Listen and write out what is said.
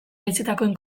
iritsitakoen